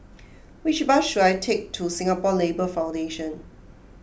which bus should I take to Singapore Labour Foundation